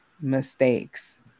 mistakes